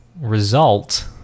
result